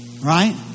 right